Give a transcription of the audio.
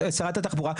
שרת התחבורה,